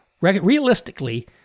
Realistically